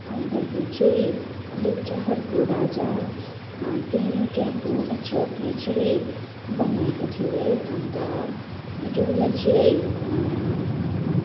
अन्त यो चाहिँ लेप्चाहरूको राजा पेनु ग्याबु आच्योकले चाहिँ बनाएको थियो है अन्त यसलाई चाहिँ